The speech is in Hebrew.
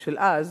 של אז,